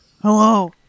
Hello